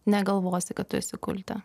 negalvosi kad tu eisi kulte